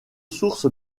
source